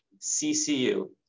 CCU